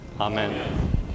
Amen